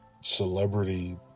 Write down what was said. celebrity